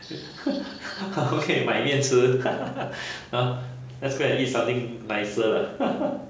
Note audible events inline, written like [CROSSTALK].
[LAUGHS] 我可以买面吃 [LAUGHS] hor let's go to eat something nicer lah [LAUGHS]